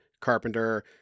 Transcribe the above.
Carpenter